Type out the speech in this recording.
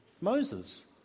Moses